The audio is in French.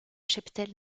cheptel